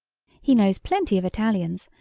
he knows plenty of italians,